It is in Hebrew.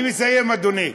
אני מסיים, אדוני.